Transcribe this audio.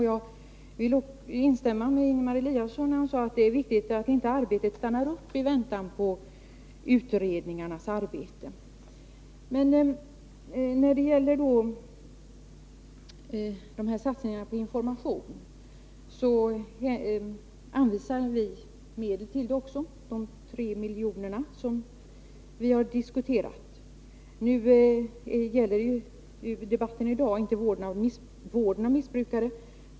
Jag instämmer i vad Ingemar Eliasson sade beträffande vikten av att arbetet inte stannar upp, i väntan på resultaten av de olika utredningarna. När det gäller satsningarna på information föreslår vi ett anslag av 3 milj.kr., vilket också har diskuterats. Debatten i dag gäller emellertid inte vården av missbrukare.